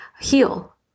heal